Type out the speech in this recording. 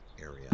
area